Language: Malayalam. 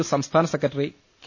യു സംസ്ഥാന സെക്രട്ടറി കെ